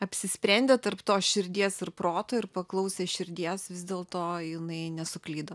apsisprendė tarp tos širdies ir proto ir paklausė širdies vis dėlto jinai nesuklydo